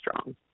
strong